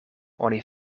oni